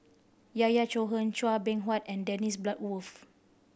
Yahya Cohen Chua Beng Huat and Dennis Bloodworth